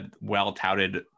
well-touted